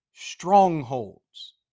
strongholds